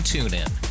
TuneIn